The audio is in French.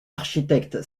architecte